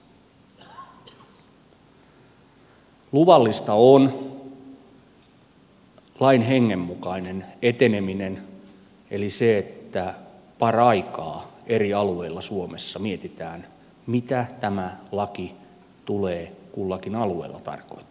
luvallista on lain hengen mukainen eteneminen eli se että paraikaa eri alueilla suomessa mietitään mitä tämä laki tulee kullakin alueella tarkoittamaan